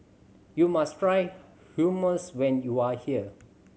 you must try Hummus when you are here